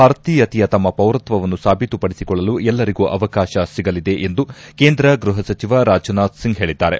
ಭಾರತೀಯತೆಯ ತಮ್ನ ಪೌರತ್ವನ್ನು ಸಾಬೀತುಪಡಿಸಿಕೊಳ್ಳಲು ಎಲ್ಲರಿಗೂ ಅವಕಾಶ ಸಿಗಲಿದೆ ಎಂದು ಕೇಂದ್ರ ಗ್ಯಹ ಸಚಿವ ರಾಜನಾಥ್ ಸಿಂಗ್ ಹೇಳಿದ್ದಾರೆ